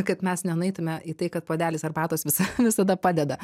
kad mes nenueitume į tai kad puodelis arbatos visa visada padeda